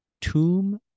tomb